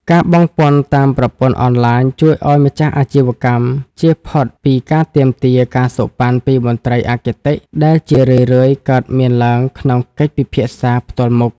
ការបង់ពន្ធតាមប្រព័ន្ធអនឡាញ ជួយឱ្យម្ចាស់អាជីវកម្មជៀសផុតពីការទាមទារ ការសូកប៉ាន់ ពីមន្ត្រីអគតិ ដែលជារឿយៗកើតមានឡើងក្នុងកិច្ចពិភាក្សាផ្ទាល់មុខ។